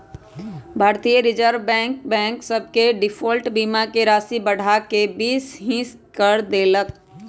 भारतीय reserve bank bank सभ के डिफॉल्ट बीमा के राशि बढ़ा कऽ बीस हिस क देल्कै